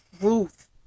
truth